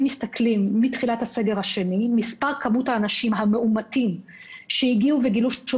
מסתכלים רואים שמתחילת הסגר השני כמות האנשים המאומתים שגילו שהם